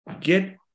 get